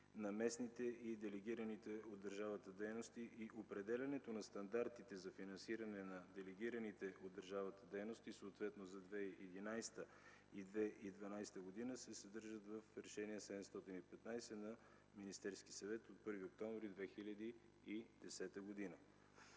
на местните и делегираните от държавата дейности и определянето на стандартите за финансиране на делегираните от държавата дейности, съответно за 2011-а и 2012 г., се съдържат в Решение № 715 на Министерския съвет от 1 октомври 2010 г.,